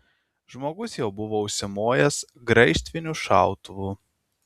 žmogus jau buvo užsimojęs graižtviniu šautuvu